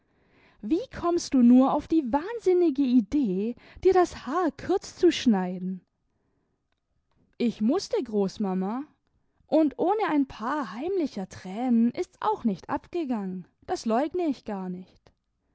wie kommst du nur auf die wahnsinnige idee dir das haar kurz zu schneiden ich mußte großmama und ohne ein paar heimlicher thränen ist's auch nicht abgegangen das leugne ich gar nicht